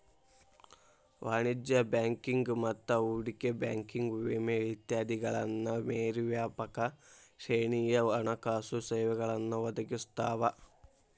ವಾಣಿಜ್ಯ ಬ್ಯಾಂಕಿಂಗ್ ಮತ್ತ ಹೂಡಿಕೆ ಬ್ಯಾಂಕಿಂಗ್ ವಿಮೆ ಇತ್ಯಾದಿಗಳನ್ನ ಮೇರಿ ವ್ಯಾಪಕ ಶ್ರೇಣಿಯ ಹಣಕಾಸು ಸೇವೆಗಳನ್ನ ಒದಗಿಸ್ತಾವ